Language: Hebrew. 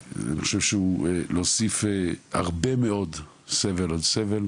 בעיניי זה להוסיף הרבה מאוד סבל על סבל,